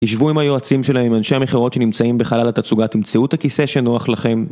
תשבו עם היועצים שלהם, עם אנשי המכירות שנמצאים בחלל התצוגה, תמצאו את הכיסא שנוח לכם